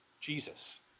Jesus